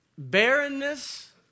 barrenness